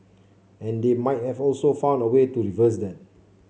and they might have also found a way to reverse that